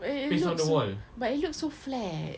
but it it looks so but it looks so flat